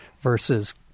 versus